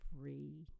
Free